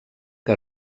que